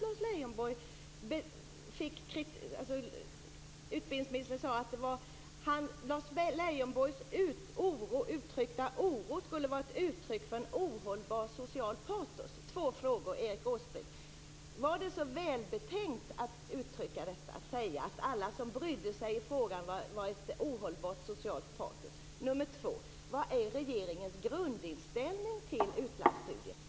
Utbildningsministern sade då att Lars Leijonborgs oro var ett uttryck för en ohållbar social patos. Jag har två frågor till Erik Åsbrink. För det första: Var det så välbetänkt att säga att alla som engagerade sig i frågan hade ett ohållbart socialt patos? För det andra: Vad är regeringens grundinställning till utlandsstudier?